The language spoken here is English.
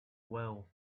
well